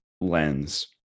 lens